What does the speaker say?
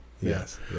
Yes